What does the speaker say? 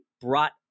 brought